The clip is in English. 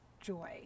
joy